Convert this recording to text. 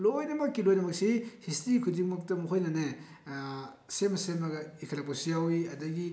ꯂꯣꯏꯅꯃꯛꯀꯤ ꯂꯣꯏꯅꯃꯛꯁꯤ ꯍꯤꯁꯇ꯭ꯔꯤ ꯈꯨꯗꯤꯡꯃꯛꯇ ꯃꯈꯣꯏꯅꯅꯦ ꯁꯦꯝꯂ ꯁꯦꯝꯂꯒ ꯏꯈꯠꯂꯛꯄꯁꯨ ꯌꯥꯎꯏ ꯑꯗꯒꯤ